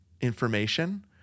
information